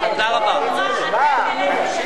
מה השאלה?